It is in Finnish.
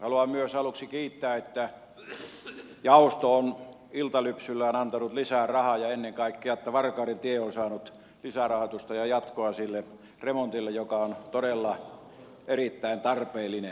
haluan myös aluksi kiittää että jaosto on iltalypsyllään antanut lisää rahaa ja ennen kaikkea varkaudentie on saanut lisärahoitusta ja jatkoa sille remontille joka on todella erittäin tarpeellinen